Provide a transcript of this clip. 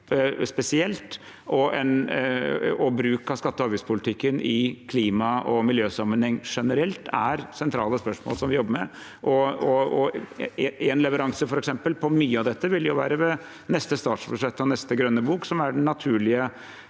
spesielt og bruk av skatte- og avgiftspolitikken i klima- og miljøsammenheng generelt er sentrale spørsmål som vi jobber med. For eksempel vil en leveranse på mye av dette være ved neste statsbudsjett og neste grønne bok, som er den naturlige